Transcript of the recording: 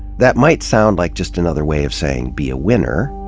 that might sound like just another way of saying, be a winner.